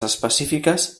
específiques